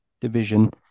division